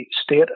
state